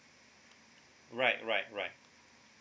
right right right